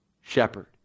shepherd